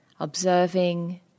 Observing